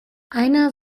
einer